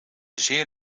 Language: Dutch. zeer